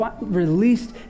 released